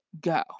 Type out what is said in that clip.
go